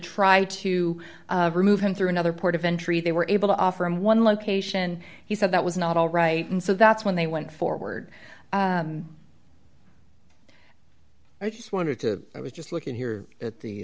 try to remove him through another port of entry they were able to offer him one location he said that was not all right and so that's when they went forward i just wanted to i was just looking here at the